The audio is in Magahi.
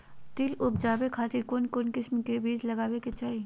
तिल उबजाबे खातिर कौन किस्म के बीज लगावे के चाही?